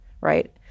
Right